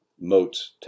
moats